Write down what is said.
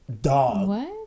dog